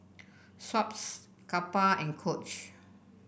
Schweppes Kappa and Coach